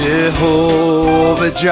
Jehovah